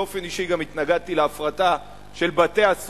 באופן אישי, גם התנגדתי להפרטה של בתי-הסוהר.